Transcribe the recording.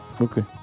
Okay